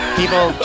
people